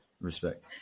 respect